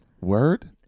Word